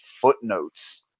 footnotes